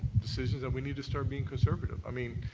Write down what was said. decisions that we need to start being conservative. i mean,